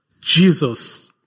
Jesus